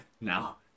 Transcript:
now